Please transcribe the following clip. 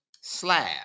slab